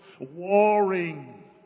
Warring